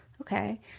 Okay